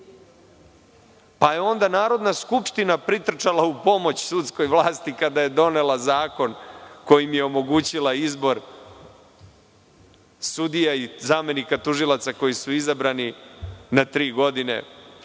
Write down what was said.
Onda je Narodna skupština pritrčala u pomoć sudskoj vlasti kada je donela Zakon kojim je omogućila izbor sudija i zamenika tužilaca koji su izabrani na tri godine,